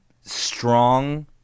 strong